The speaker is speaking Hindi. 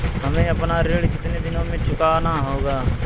हमें अपना ऋण कितनी दिनों में चुकाना होगा?